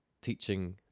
teaching